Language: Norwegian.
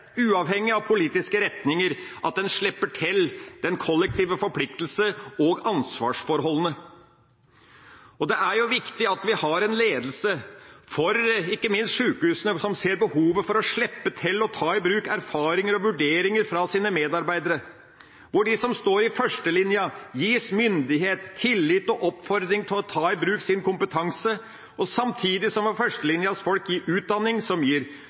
politiske retninger, at en slipper til den kollektive forpliktelse og ansvarsforholdene. Og det er jo viktig at vi har en ledelse, ikke minst for sjukehusene, som ser behovet for å slippe til og ta i bruk erfaringer og vurderinger fra sine medarbeidere, hvor de som står i førstelinja, gis myndighet, tillit og oppfordring til å ta i bruk sin kompetanse. Samtidig må førstelinjas folk i utdanning som gir